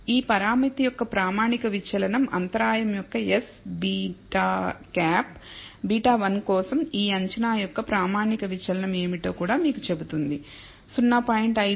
ఈ పరామితి యొక్క ప్రామాణిక విచలనంఅంతరాయం యొక్క S β̂ β1 కోసం ఈ అంచనా యొక్క ప్రామాణిక విచలనం ఏమిటో కూడా మీకు చెబుతుంది 0